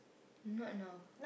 not now